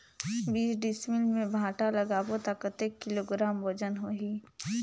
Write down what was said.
बीस डिसमिल मे भांटा लगाबो ता कतेक किलोग्राम वजन होही?